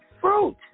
fruit